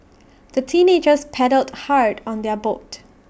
the teenagers paddled hard on their boat